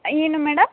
ಏನು ಮೇಡಮ್